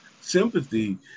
sympathy